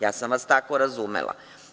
Ja sam vas tako razumela.